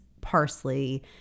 parsley